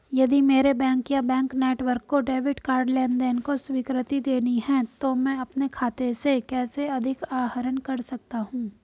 यदि मेरे बैंक या बैंक नेटवर्क को डेबिट कार्ड लेनदेन को स्वीकृति देनी है तो मैं अपने खाते से कैसे अधिक आहरण कर सकता हूँ?